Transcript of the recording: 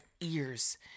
ears